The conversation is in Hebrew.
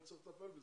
נצטרך לטפל בזה.